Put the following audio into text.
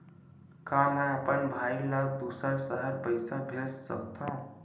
का मैं अपन भाई ल दुसर शहर पईसा भेज सकथव?